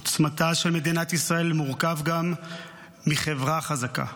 עוצמתה של מדינת ישראל מורכבת גם מחברה חזקה,